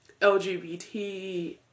LGBT